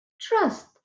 trust